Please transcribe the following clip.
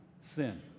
sin